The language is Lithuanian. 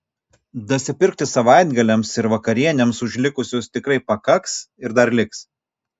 dasipirkti savaitgaliams ir vakarienėms už likusius tikrai pakaks ir dar liks